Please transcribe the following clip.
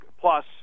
plus